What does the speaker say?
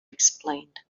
explained